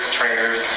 trainers